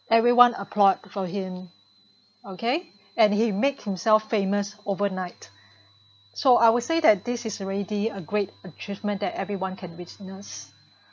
everyone applauded for him okay and he make himself famous overnight so I would say that this is already a great achievement that everyone can witness